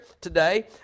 today